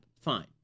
Fine